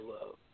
love